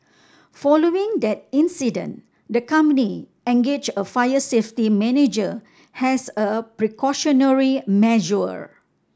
following that incident the company engaged a fire safety manager as a precautionary measure